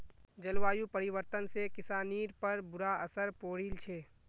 जलवायु परिवर्तन से किसानिर पर बुरा असर पौड़ील छे